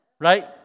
Right